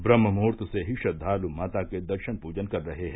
ब्रम्हमुहूर्त से ही श्रद्वालु माता के दर्शन पूजन कर रहे हैं